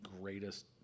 greatest